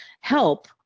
help